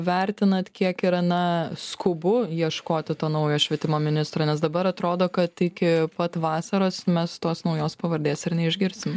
vertinat kiek yra na skubu ieškoti to naujo švietimo ministro nes dabar atrodo kad iki pat vasaros mes tos naujos pavardės ir neišgirsim